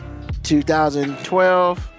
2012